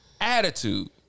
attitude